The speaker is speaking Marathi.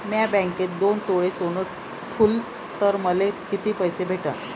म्या बँकेत दोन तोळे सोनं ठुलं तर मले किती पैसे भेटन